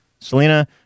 Selena